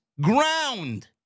ground